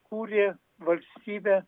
kūrė valstybę